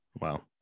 Wow